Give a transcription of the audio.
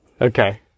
Okay